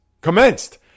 commenced